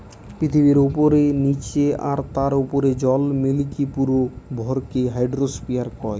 পৃথিবীর উপরে, নীচে আর তার উপরের জল মিলিকি পুরো ভরকে হাইড্রোস্ফিয়ার কয়